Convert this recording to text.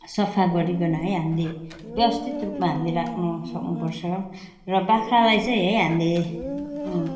सफा गरीकन है हामीले व्यवस्थित रूपमा हामीले राख्नु सक्नु पर्छ र बाख्रालाई चाहिँ है हामीले